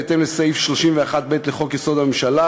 בהתאם לסעיף 31(ב) לחוק-יסוד: הממשלה,